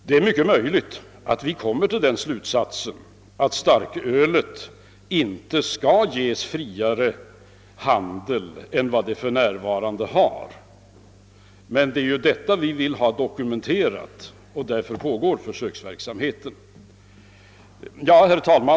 Det är mycket möjligt att vi kommer till den slutsatsen, att åt försäljningen av starköl inte skall ges friare former än vad som för närvarande är fallet, men vi vill ju ha ett underlag för ett sådant beslut och därför får försöksverksamheten pågå. Herr talman!